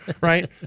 Right